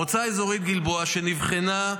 מועצה אזורית גלבוע, שנבחנה,